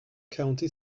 county